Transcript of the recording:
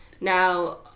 Now